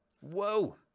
Whoa